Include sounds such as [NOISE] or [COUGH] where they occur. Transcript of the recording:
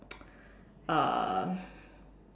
[NOISE] uh